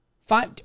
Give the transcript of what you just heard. five